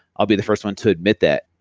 i'll be the first one to admit that.